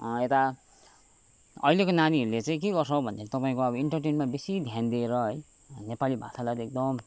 यता अहिलेको नानीहरूले चाहिँ के गर्छ भनेदेखि तपाईँको अब इन्टरटेन्टमा बेसी ध्यान दिएर है नेपाली भाषालाई एकदम